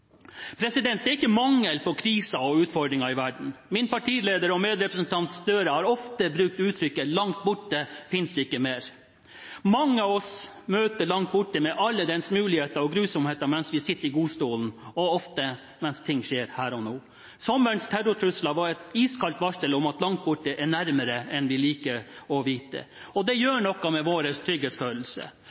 Det er ikke mangel på kriser og utfordringer i verden. Min partileder og medrepresentant Gahr Støre har ofte brukt uttrykket «langt borte finnes ikke mer». Mange av oss møter «langt borte» – med alle dens muligheter og grusomheter – mens vi sitter i godstolen, og ofte mens ting skjer der og da. Sommerens terrortrusler var et iskaldt varsel om at «langt borte» er nærmere enn vi liker å vite, og det gjør noe med vår trygghetsfølelse.